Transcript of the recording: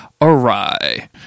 awry